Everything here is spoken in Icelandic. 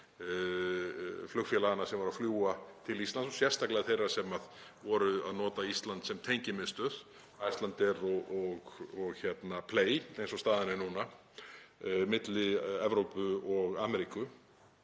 flugfélaganna sem fljúga til Íslands, sérstaklega þeirra sem nota Ísland sem tengimiðstöð, Icelandair og Play eins og staðan er núna, milli Evrópu og Ameríku.